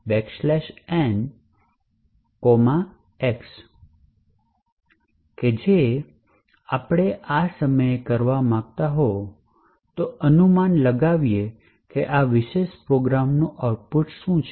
એક વસ્તુ જે તમે આ સમયે કરવા માંગતા હો તે અનુમાન લગાવવું છે કે આ વિશેષ પ્રોગ્રામનું આઉટપુટ શું છે